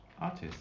artist